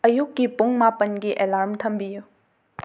ꯑꯌꯨꯛꯀꯤ ꯄꯨꯡ ꯃꯥꯄꯟꯒꯤ ꯑꯦꯂꯥꯔꯝ ꯊꯝꯕꯤꯌꯨ